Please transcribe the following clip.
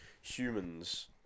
humans